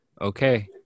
Okay